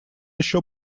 еще